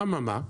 אממה,